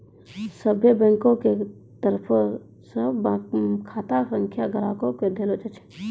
सभ्भे बैंको के तरफो से खाता संख्या ग्राहको के देलो जाय छै